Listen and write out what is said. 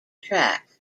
track